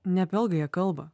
ne apie algą jie kalba